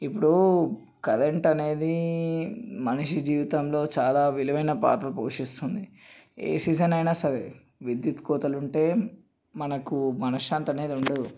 ఇప్పుడు కరెంటు అనేది మనిషి జీవితంలో చాలా విలువైన పాత్ర పోషిస్తుంది ఏ సీజన్ అయినా సరే విద్యుత్ కోతలు ఉంటే మనకు మనశ్శాంతి అనేది ఉండదు